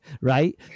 Right